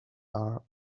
are